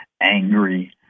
angry